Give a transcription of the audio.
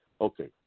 Okay